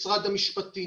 משרד המשפטים